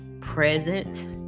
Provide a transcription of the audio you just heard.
present